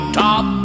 top